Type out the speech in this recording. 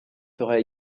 fera